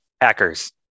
hackers